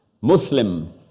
Muslim